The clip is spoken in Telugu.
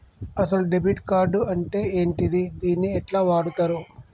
అసలు డెబిట్ కార్డ్ అంటే ఏంటిది? దీన్ని ఎట్ల వాడుతరు?